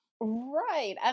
Right